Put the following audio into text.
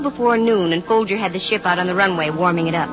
before noon and told you had the ship out on the runway warming